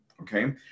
Okay